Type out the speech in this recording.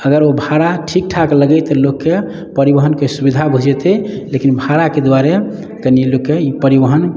आओर ओ भाड़ा ठीक ठाक लगै तऽ लोक के परिवहन के सुविधा भऽ जेतै लेकिन भाड़ा के दुआरे कनी लोक के ई परिवहन